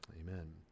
amen